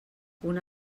una